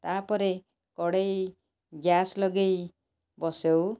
ତା ପରେ କଡ଼େଇ ଗ୍ୟାସ୍ ଲଗାଇ ବସାଉ